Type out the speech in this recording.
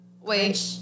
Wait